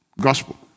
gospel